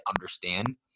understand